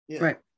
right